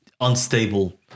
unstable